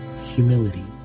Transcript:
Humility